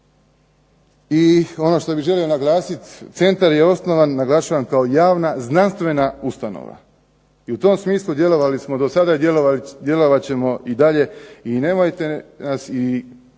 I ono što bih želio naglasiti, centar je osnovan, naglašavam to, kao javna znanstvena ustanova. I u tom smislu djelovali smo dosada i djelovat ćemo i dalje. I nemojte nas, i